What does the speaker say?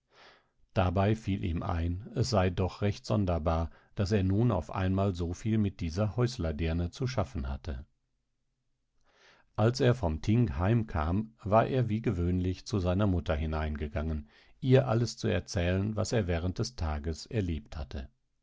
dabei fiel ihm ein es sei doch recht sonderbar daß er nun auf einmal soviel mit dieser häuslerdirne zu schaffen hatte als er vom thing heim kam war er wie gewöhnlich zu seiner mutter hineingegangen ihr alles zu erzählen was er während des tages erlebt hatte